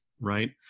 right